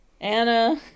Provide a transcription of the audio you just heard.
Anna